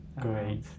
Great